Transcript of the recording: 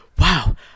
wow